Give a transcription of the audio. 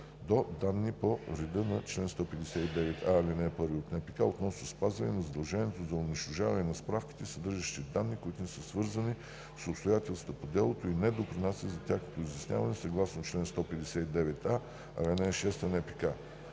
до данни по чл. 159а, ал. 1 от НПК относно спазване на задължението за унищожаване на справките, съдържащи данни, които не са свързани с обстоятелствата по делото и не допринасят за тяхното изясняване, съгласно чл. 159а, ал. 6 от НПК.